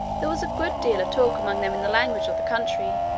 there was a good deal of talk among them in the language of the country,